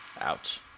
Ouch